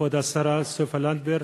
כבוד השרה סופה לנדבר,